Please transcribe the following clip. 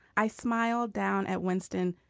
i smiled down at winston.